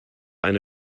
eine